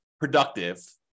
productive